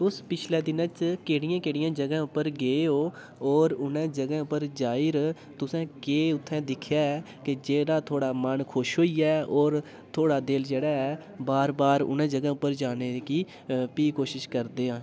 तुस पिछले दिनैं च केह्ड़ी केह्ड़ी जगह् च गे ओ होर उनै जगह् पर जाइऐ तुसैं केह् उत्थैं दिक्खेआ कि जेह्ड़ा तुंदा मन खुश होइया ऐ होर तुंदा दिल जेह्ड़ा ऐ बार बार उनै जगह् पर जानें दी फ्ही कोशिश करदे आं